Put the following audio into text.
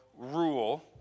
Rule